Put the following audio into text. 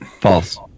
False